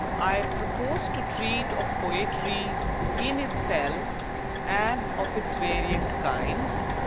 i propose to treat of poetry in itself and of its various kinds,